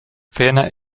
ferner